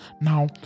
Now